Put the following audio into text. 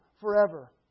forever